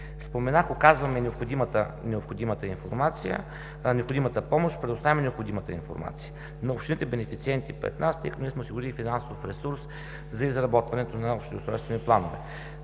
Споменах, че оказваме необходимата помощ, предоставяме необходимата информация на общините бенефициенти пред нас, тъй като ние сме осигурили финансов ресурс за изработването на общи устройствени планове.